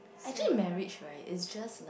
actually marriage right is just